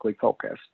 focused